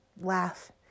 laugh